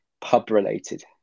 pub-related